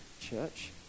church